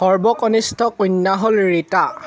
সৰ্বকনিষ্ঠ কন্যা হ'ল ৰীতা